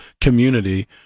community